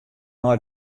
nei